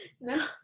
No